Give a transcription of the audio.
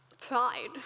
Pride